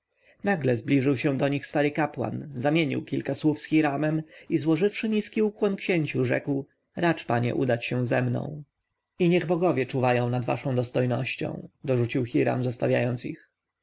nagle zbliżył się do nich stary kapłan zamienił kilka słów z hiramem i złożywszy niski ukłon księciu rzekł racz panie udać się ze mną i niech bogowie czuwają nad waszą dostojnością dorzucił hiram zostawiając ich